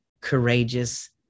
courageous